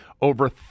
over